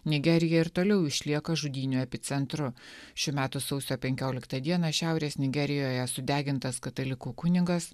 nigerija ir toliau išlieka žudynių epicentru šių metų sausio penkioliktą dieną šiaurės nigerijoje sudegintas katalikų kunigas